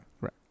Right